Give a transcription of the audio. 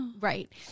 right